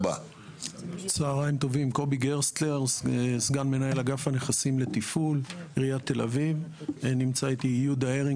״פינוי תושבי שכונות בתל אביב יפו״ של חברי הכנסת יצחק